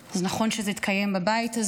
זה נכון שזה יתקיים בבית הזה,